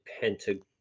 pentagon